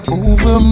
over